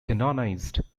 canonized